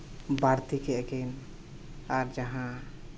ᱵᱟᱹᱲᱛᱤ ᱠᱮᱫᱼᱟ ᱠᱤᱱ ᱟᱨ ᱡᱟᱦᱟᱸ